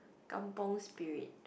kampung spirit